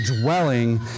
dwelling